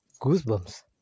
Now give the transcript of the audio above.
goosebumps